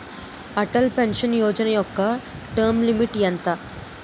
Atal pension Yojana యెక్క term limit ఎంత?